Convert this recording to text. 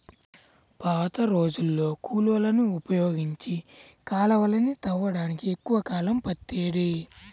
పాతరోజుల్లో కూలోళ్ళని ఉపయోగించి కాలవలని తవ్వడానికి ఎక్కువ కాలం పట్టేది